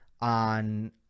on